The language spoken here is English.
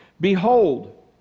Behold